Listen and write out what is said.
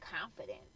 confident